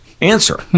answer